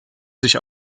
sich